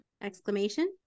exclamation